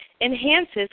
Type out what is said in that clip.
enhances